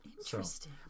Interesting